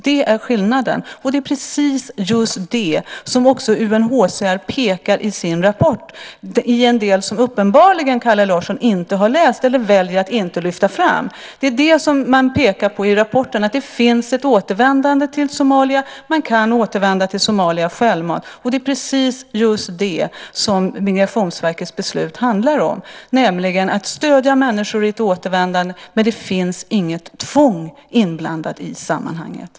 Det är skillnaden, och det är också just det som UNHCR pekar på i sin rapport - i en del som Kalle Larsson uppenbarligen inte har läst eller väljer att inte lyfta fram. Man pekar i rapporten på att det förekommer ett återvändande till Somalia, att man kan återvända till Somalia självmant, och det är just det som Migrationsverkets beslut handlar om, nämligen att stödja människor i ett återvändande. Men det finns inget tvång inblandat i sammanhanget.